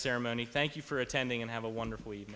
ceremony thank you for attending and have a wonderful